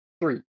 Three